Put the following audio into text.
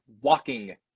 walking